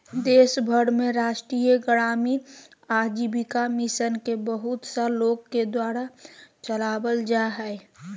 देश भर में राष्ट्रीय ग्रामीण आजीविका मिशन के बहुत सा लोग के द्वारा चलावल जा हइ